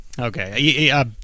Okay